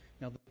Now